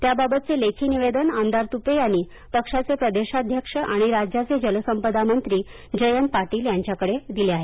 त्याबाबतचे लेखी निवेदन आमदार तूपे यांनी पक्षाचे प्रदेशाध्यक्ष आणि राज्याचे जलसंपदा मंत्री जयंत पाटील यांच्याकडे दिलं आहे